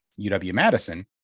UW-Madison